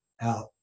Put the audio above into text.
out